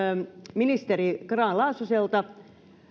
ministeri grahn laasoselta